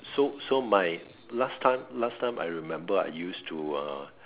so so my last time last time I remember I used to uh